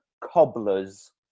Cobblers